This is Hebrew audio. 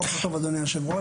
בוקר טוב, אדוני היושב-ראש.